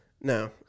No